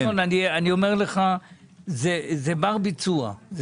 זה בר ביצוע.